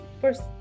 first